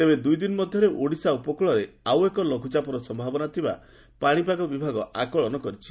ତେବେ ଦୁଇ ଦିନ ମଧରେ ଓଡ଼ିଶା ଉପକୁଳରେ ଆଉ ଏକ ଲଘ୍ୱଚାପର ସ୍ୟାବନା ଥିବା ପାଶିପାଗ ବିଭାଗ ଆକଳନ କରିଛି